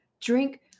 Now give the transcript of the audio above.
drink